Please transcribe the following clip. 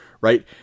right